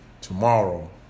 tomorrow